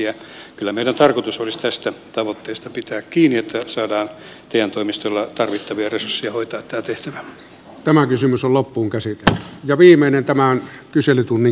kyllä meidän tarkoituksemme olisi tästä tavoitteesta pitää kiinni että saadaan te toimistoille tarvittavia resursseja hoitaa tämä kysymys on loppuunkäsitelty ja viimeinen tämän tehtävä